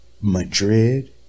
Madrid